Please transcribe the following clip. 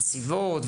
היציבות,